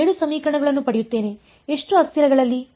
ನಾನು 7 ಸಮೀಕರಣಗಳನ್ನು ಪಡೆಯುತ್ತೇನೆ ಎಷ್ಟು ಅಸ್ಥಿರಗಳಲ್ಲಿ